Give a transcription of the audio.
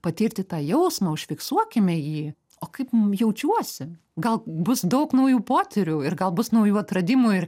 patirti tą jausmą užfiksuokime jį o kaip jaučiuosi gal bus daug naujų potyrių ir gal bus naujų atradimų ir